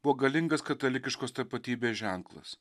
buvo galingas katalikiškos tapatybės ženklas